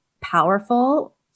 powerful